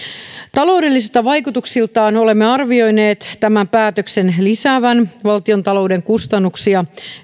taloudellisilta vaikutuksiltaan olemme arvioineet tämän päätöksen lisäävän valtionta louden kustannuksia